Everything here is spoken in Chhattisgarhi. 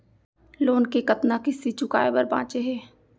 लोन के कतना किस्ती चुकाए बर बांचे हे?